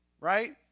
right